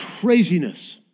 craziness